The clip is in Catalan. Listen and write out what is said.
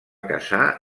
casar